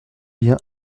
bien